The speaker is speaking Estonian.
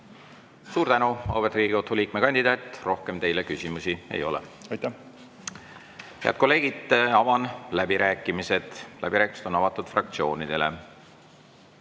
Suur tänu, auväärt Riigikohtu liikme kandidaat! Rohkem teile küsimusi ei ole. Aitäh! Head kolleegid, avan läbirääkimised. Läbirääkimised on avatud fraktsioonidele.